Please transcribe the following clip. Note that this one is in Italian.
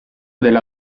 della